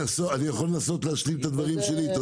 יכול לנסות להשלים את הדברים שלי?